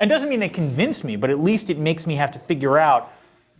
and doesn't mean they convince me, but at least it makes me have to figure out